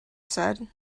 said